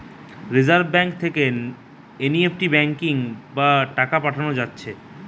reserve Bank থেকে NEFT banking বা টাকা পাঠান যাতিছে